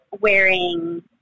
wearing